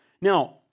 Now